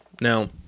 Now